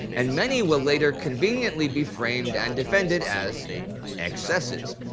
and many will later conveniently be framed and defended as excesses.